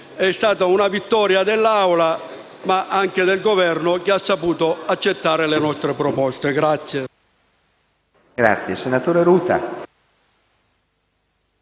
È stata una vittoria dell'Assemblea, ma anche del Governo che ha saputo accettare le nostre proposte.